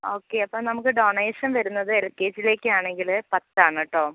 okay അപ്പം നമ്മുക്ക് donation വരുന്നത് എൽ കെ ജിയിലെക്കാണെങ്കിൽ പത്താണ് കേട്ടോ